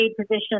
position